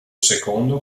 secondo